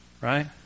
Right